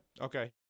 okay